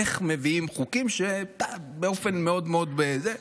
איך מביאים חוקים באופן מאוד מאוד, שירי,